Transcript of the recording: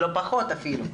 אם לא פחות אפילו,